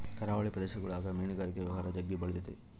ಕರಾವಳಿ ಪ್ರದೇಶಗುಳಗ ಮೀನುಗಾರಿಕೆ ವ್ಯವಹಾರ ಜಗ್ಗಿ ಬೆಳಿತತೆ